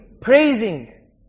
praising